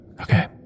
Okay